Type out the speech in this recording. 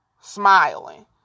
smiling